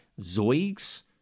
zoigs